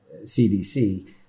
CDC